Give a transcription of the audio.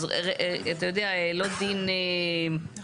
אז אתה יודע לא דין לא